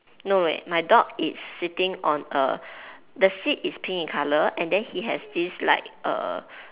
no eh my dog it's sitting on a the seat is pink in colour and then he has this like err